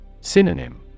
Synonym